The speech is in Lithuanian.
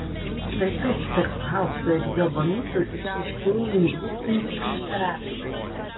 štai taip tarp fausto ir jobo mitų išryškėja lingvistinis prieštaravimas